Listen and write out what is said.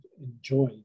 enjoy